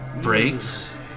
breaks